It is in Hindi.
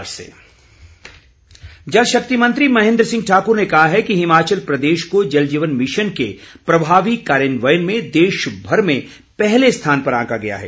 जलजीवन जलशक्ति मंत्री महेन्द्र सिंह ठाकूर ने कहा है कि हिमाचल प्रदेश को जलजीवन भिशन के प्रभावी कार्यान्वयन में देशमर में पहले स्थान पर आंका गया है